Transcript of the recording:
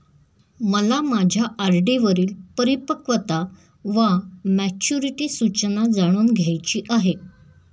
मला माझ्या आर.डी वरील परिपक्वता वा मॅच्युरिटी सूचना जाणून घ्यायची आहे